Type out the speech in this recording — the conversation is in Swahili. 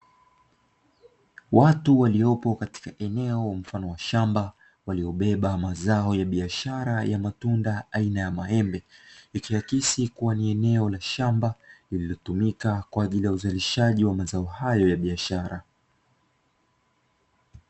Watu waliopo katika eneo mfano wa shamba waliobeba mazao ya biashara ya matunda aina ya maembe, ikiakisi kuwa ni eneo la shamba linalotumika kwa ajili ya uzalishaji wa mazao hayo ya biashara.